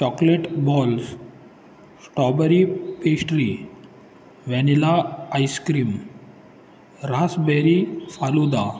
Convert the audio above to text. chocolate balls strawberry pastry vanilla ice cream raspberry falooda